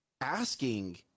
asking